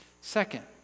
Second